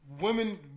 women